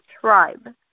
tribe